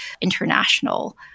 international